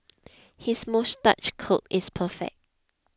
his moustache curl is perfect